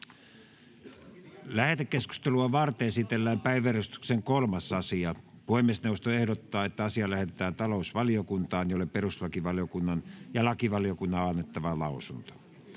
Lähetekeskustelua varten esitellään päiväjärjestyksen 3. asia. Puhemiesneuvosto ehdottaa, että asia lähetetään talousvaliokuntaan, jolle perustuslakivaliokunnan ja lakivaliokunnan on annettava lausunto.